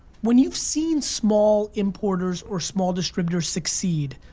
when you've seen small importers or small distributors succeed,